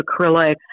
acrylic